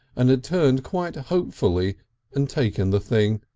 and had turned quite hopefully and taken the thing.